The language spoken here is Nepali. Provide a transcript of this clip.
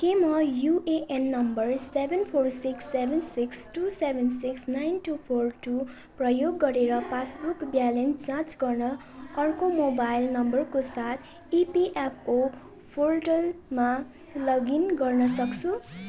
के म UAN number seven four six seven six two seven six nine two four two प्रयोग गरेर पासबुक ब्यालेन्स जाँच गर्न अर्को मोबाइल नम्बरको साथ इपिएफओ पोर्टलमा लगइन गर्न सक्छु